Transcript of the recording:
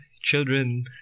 children